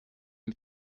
mit